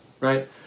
right